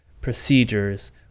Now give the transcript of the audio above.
procedures